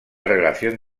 relación